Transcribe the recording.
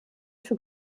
für